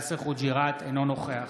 אינו נוכח